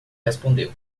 respondeu